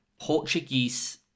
Portuguese